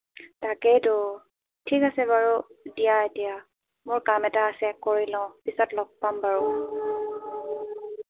তাকেইতো ঠিক আছে বাৰু দিয়া এতিয়া মোৰ কাম এটা আছে কৰি লওঁ পিছত লগ পাম বাৰু